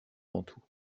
mantoue